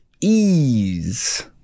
ease